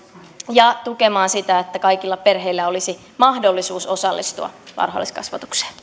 ja tukemaan sitä että kaikilla perheillä olisi mahdollisuus osallistua varhaiskasvatukseen